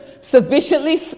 sufficiently